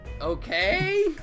Okay